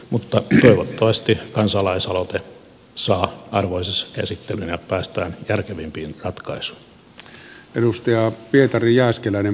mutta toivottavasti kansalaisaloite saa arvoisensa käsittelyn ja päästään järkevämpiin ratkaisuihin